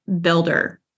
builder